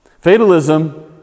Fatalism